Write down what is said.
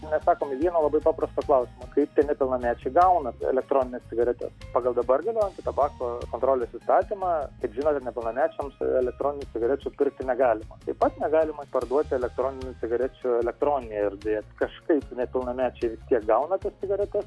neatsakom į vieną labai paprastą klausimą kaip tie nepilnamečiai gauna elektronines cigaretes pagal dabar galiojantį tabako kontrolės įstatymą kaip žinom ir nepilnamečiams elektroninių cigarečių pirkti negalima taip pat negalima parduoti elektroninių cigarečių elektroninėje erdvėje kažkaip nepilnamečiai vis tiek gauna tas cigaretes